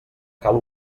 cal